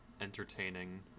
entertaining